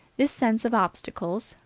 this sense of obstacles,